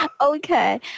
Okay